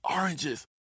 oranges